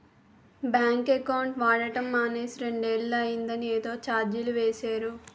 bank account వాడడం మానేసి రెండేళ్ళు అయిందని ఏదో చార్జీలు వేసేరు